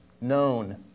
known